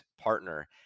partner